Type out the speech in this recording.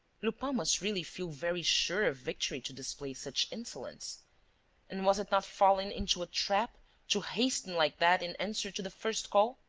lupin must really feel very sure of victory to display such insolence and was it not falling into a trap to hasten like that in answer to the first call?